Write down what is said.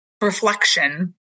reflection